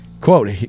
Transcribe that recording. Quote